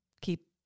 keep